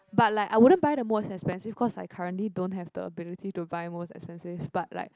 but like I wouldn't buy the most expensive cause I currently don't have the ability to buy most expensive but like